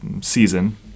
season